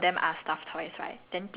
here's my question